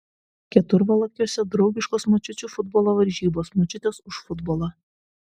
keturvalakiuose draugiškos močiučių futbolo varžybos močiutės už futbolą